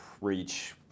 reach